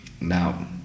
Now